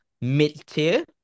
mid-tier